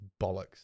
bollocks